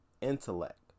Intellect